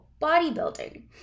bodybuilding